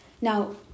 Now